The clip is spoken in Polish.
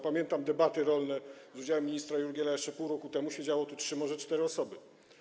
Pamiętam debaty rolne z udziałem ministra Jurgiela jeszcze pół roku temu, wtedy siedziały tu trzy, może cztery osoby.